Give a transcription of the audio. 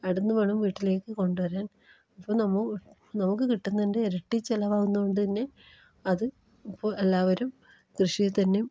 അവിടുന്ന് വേണം വീട്ടിലേക്ക് കൊണ്ട് വരാൻ ഇപ്പോൾ നമുക്ക് നമുക്ക് കിട്ടുന്നതിൻ്റെ ഇരട്ടി ചിലവാകുന്നത് കൊണ്ട് തന്നെ അത് ഇപ്പോൾ എല്ലാവരും കൃഷിയെ തന്നെ